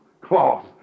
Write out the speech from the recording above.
cloth